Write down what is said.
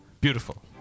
Beautiful